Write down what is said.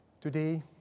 Today